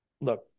look